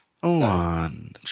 one